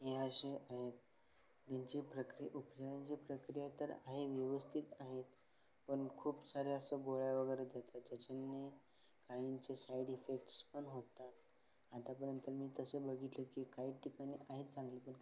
हे असे यांची प्रक्रिया उपचारांची प्रक्रिया तर आहे व्यवस्थित आहेत पण खूप साऱ्या असं गोळ्या वगैरे देतात ज्याच्याने काहींचे साईड इफेक्ट्स पण होतात आतापर्यंत मी तसं बघितलं की काही ठिकाणी आहेत चांगली पण